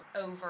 over